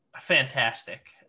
fantastic